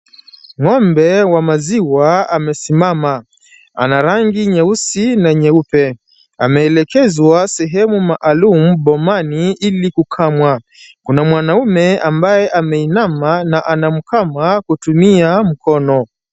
Ng'ombe wa maziwa amesimama. Ana rangi nyeusi na nyeupe. Ameelekezwa sehemu maalum bomani ili kukamwa. Kuna mwanamume ambaye ameinama na anamkama kutumia mkono.